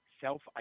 Self